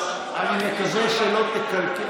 אני מקווה שלא תקלקל.